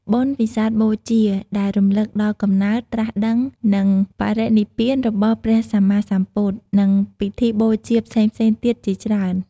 បុណ្យវិសាខបូជា ដែលរំលឹកដល់កំណើត ត្រាស់ដឹង និងបរិនិព្វានរបស់ព្រះសម្មាសម្ពុទ្ធ, និងពិធីបូជាផ្សេងៗទៀតជាច្រើន។